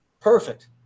perfect